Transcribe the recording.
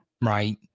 Right